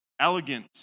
elegant